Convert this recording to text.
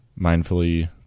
Mindfully